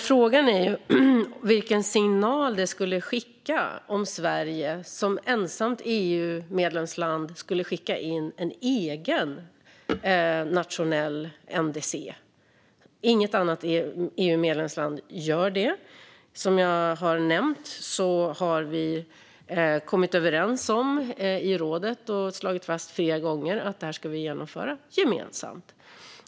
Frågan är vilken signal det skulle skicka om Sverige som ensamt EU-medlemsland skickade in ett eget nationellt NDC. Inget annat EU-medlemsland gör det. Som jag har nämnt har vi kommit överens om i rådet att vi ska genomföra detta gemensamt, och det har slagits fast flera gånger.